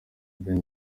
ben